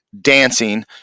dancing